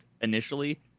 initially